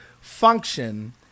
function